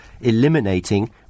eliminating